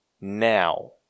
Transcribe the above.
Now